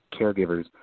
caregivers